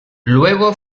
luego